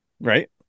Right